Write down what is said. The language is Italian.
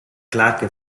clarke